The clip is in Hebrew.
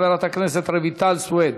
חברת הכנסת רויטל סויד.